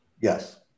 Yes